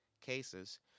cases